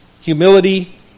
humility